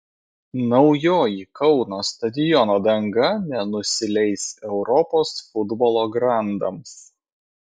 naujoji kauno stadiono danga nenusileis europos futbolo grandams